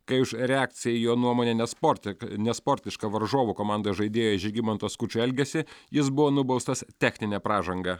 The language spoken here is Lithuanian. kai už reakciją į jo nuomone nesportik nesportišką varžovų komandos žaidėjo žygimanto skučo elgesį jis buvo nubaustas technine pražanga